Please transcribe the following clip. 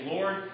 Lord